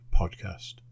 podcast